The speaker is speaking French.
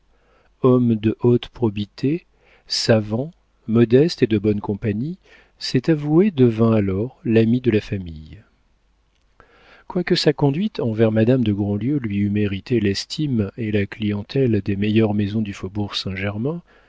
homme de haute probité savant modeste et de bonne compagnie cet avoué devint alors l'ami de la famille quoique sa conduite envers madame de grandlieu lui eût mérité l'estime et la clientèle des meilleures maisons du faubourg saint-germain